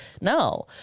no